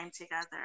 together